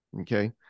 okay